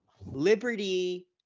Liberty